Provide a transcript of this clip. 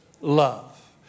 love